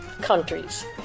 countries